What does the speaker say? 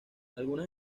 algunas